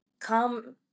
come